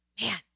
man